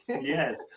Yes